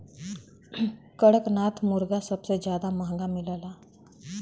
कड़कनाथ मुरगा सबसे जादा महंगा मिलला